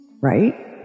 right